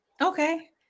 Okay